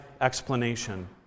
explanation